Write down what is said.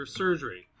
surgery